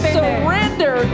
surrender